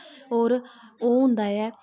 होर ओह् होंदा ऐ